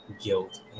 guilt